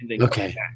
Okay